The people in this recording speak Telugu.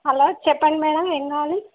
హలో చెప్పండి మేడమ్ ఏమి కావాలి